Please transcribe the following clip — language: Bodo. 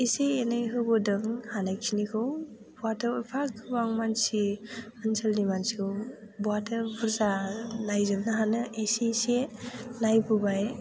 एसे एनै होबोदों हानायखिनिखौ बहाथो एफा गोबां मानसि ओनसोलनि मानसिखौ बहाथो बुरजा नायजोबनो हानो एसे एसे नायबोबाय